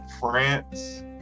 France